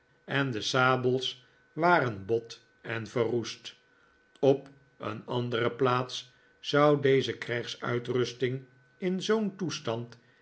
en de sabels waren bot en verroest op een andere plaats zou deze krijgsuitrusting in zoo'n toestand